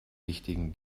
wichtigen